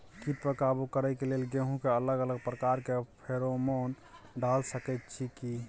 कीट पर काबू करे के लेल गेहूं के अलग अलग प्रकार के फेरोमोन डाल सकेत छी की?